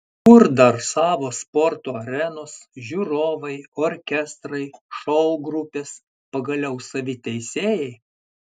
o kur dar savos sporto arenos žiūrovai orkestrai šou grupės pagaliau savi teisėjai